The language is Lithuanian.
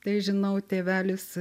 tai žinau tėvelis